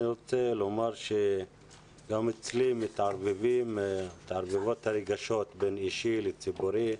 אני רוצה לומר שגם אצלי מתערבבות הרגשות בין אישי לציבורי.